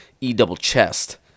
E-double-chest